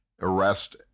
arrest